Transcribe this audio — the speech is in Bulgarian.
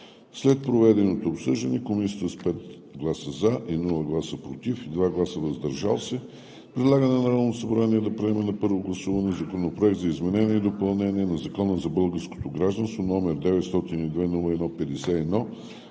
След проведеното обсъждане Комисията с 5 гласа „за“, без „против“ и 2 гласа „въздържал се“ предлага на Народното събрание да приеме на първо гласуване Законопроект за изменение и допълнение на Закона за българското гражданство, № 902-01-51,